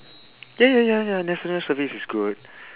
ya ya ya ya national service is good